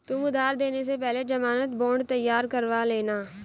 तुम उधार देने से पहले ज़मानत बॉन्ड तैयार करवा लेना